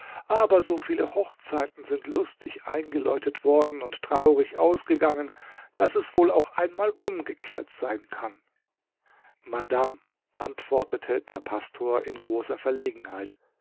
aber so viele hochzeiten sind lustig eingeläutet worden und traurig ausgegangen daß es wohl auch einmal umgekehrt sein kann madame antwortete der pastor in großer verlegenheit